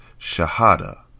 shahada